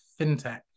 FinTech